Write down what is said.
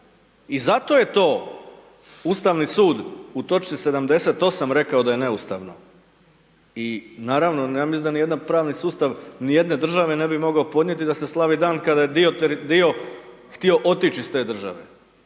I zato je to Ustavni sud u točci 78. rekao da je neustavno i naravno, ja mislim da nijedan pravni sustav nijedne države ne bi mogao podnijeti da se slavi dan kada je dio htio otići iz te države.